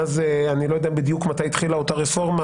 אני לא יודע בדיוק מתי התחילה אותה רפורמה,